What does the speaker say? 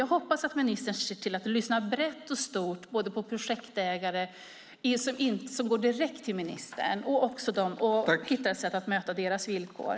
Jag hoppas att ministern lyssnar brett och stort på projektägare som går direkt till ministern och hittar ett sätt att möta deras villkor.